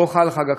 שבו חל חג החנוכה.